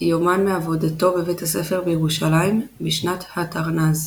יומן מעבודתו בבית הספר בירושלים בשנת ה'תרנ"ז